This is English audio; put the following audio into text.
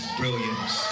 brilliance